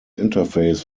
interface